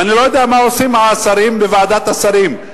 ואני לא יודע מה עושים השרים בוועדת השרים.